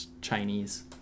Chinese